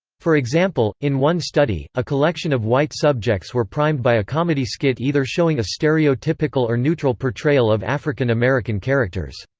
for example, in one study, a collection of white subjects were primed by a comedy skit either showing a stereotypical or neutral portrayal of african-american characters.